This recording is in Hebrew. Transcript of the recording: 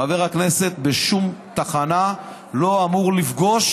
חבר הכנסת בשום תחנה לא אמור לפגוש